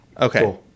Okay